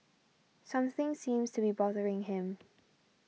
something seems to be bothering him